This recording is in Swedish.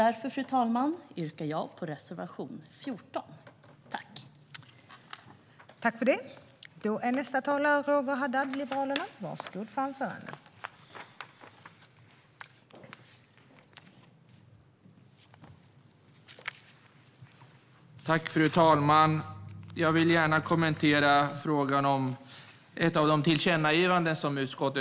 Därför, fru talman, yrkar jag bifall till reservation 14.